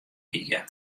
wie